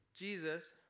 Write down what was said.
Jesus